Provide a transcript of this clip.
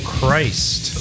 Christ